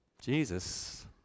Jesus